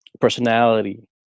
personality